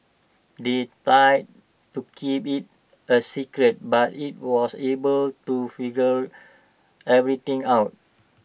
they to keep IT A secret but IT was able to figure everything out